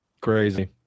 Crazy